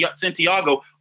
Santiago